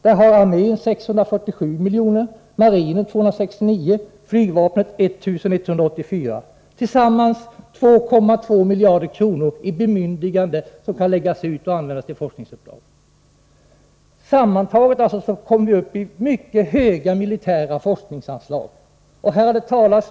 Där har armén 647 miljoner, marinen 269 miljoner, flygvapnet 1 184 miljoner, tillsammans 2,2 miljarder kronor i bemyndiganden som kan användas för forskningsuppdrag. Sammanlagt kommer vi upp i mycket höga militära forskningsanslag.